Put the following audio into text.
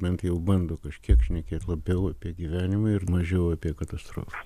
bent jau bando kažkiek šnekėt labiau apie gyvenimą ir mažiau apie katastrofą